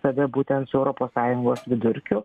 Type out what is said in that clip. save būtent su europos sąjungos vidurkiu